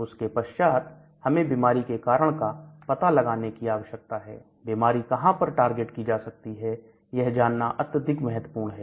उसके पश्चात हमें बीमारी के कारण का पता लगाने की आवश्यकता है बीमारी कहां पर टारगेट की जा सकती है यह जानना अत्यधिक महत्वपूर्ण है